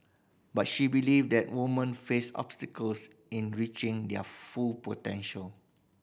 but she believe that woman face obstacles in reaching their full potential